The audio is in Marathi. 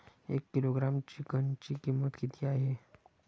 एक किलोग्रॅम चिकनची किंमत काय आहे?